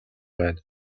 байна